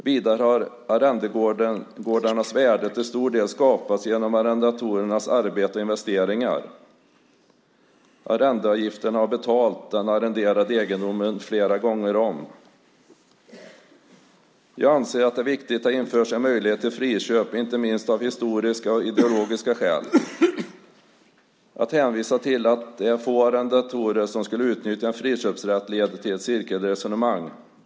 Vidare har arrendegårdarnas värde till stor del skapats genom arrendatorernas arbete och investeringar. Arrendeavgiften har betalat den arrenderade egendomen flera gånger om. Jag anser att det är viktigt att det införs en möjlighet till friköp, inte minst av historiska och ideologiska skäl. Att hänvisa till att få arrendatorer skulle utnyttja en friköpsrätt leder till ett cirkelresonemang.